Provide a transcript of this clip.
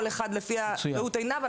כל אחד לפי ראות עיניו.